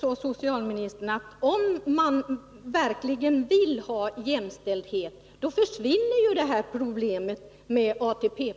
Herr talman! Om man verkligen vill ha jämställdhet, socialministern, försvinner ju det här problemet med ATP.